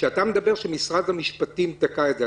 כשאתה מדבר שמשרד המשפטים תקע את זה,